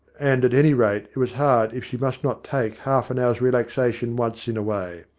and at any rate it was hard if she must not take half an hour's relaxation once in a way.